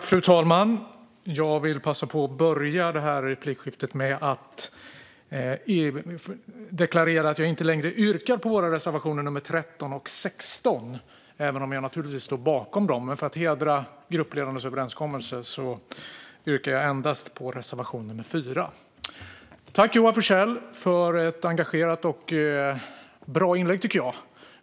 Fru talman! Jag vill passa på att börja detta replikskifte med att deklarera att jag inte längre yrkar bifall till reservationerna 13 och 16. Jag står naturligtvis bakom dem, men för att hedra gruppledarnas överenskommelse yrkar jag endast bifall till reservation 4. Tack, Joar Forssell, för ett engagerat och bra inlägg!